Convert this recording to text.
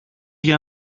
για